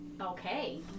Okay